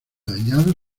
dañado